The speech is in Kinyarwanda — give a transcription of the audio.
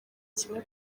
kimwe